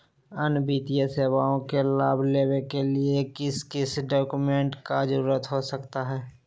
अन्य वित्तीय सेवाओं के लाभ लेने के लिए किस किस डॉक्यूमेंट का जरूरत हो सकता है?